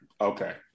okay